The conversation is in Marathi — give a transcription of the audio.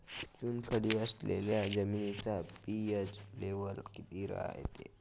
चुनखडी असलेल्या जमिनीचा पी.एच लेव्हल किती रायते?